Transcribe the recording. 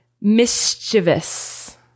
mischievous